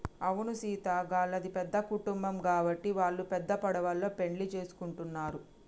అవును సీత గళ్ళది పెద్ద కుటుంబం గాబట్టి వాల్లు పెద్ద పడవలో పెండ్లి సేసుకుంటున్నరు